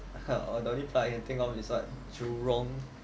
the only part I can think of is jurong